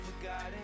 forgotten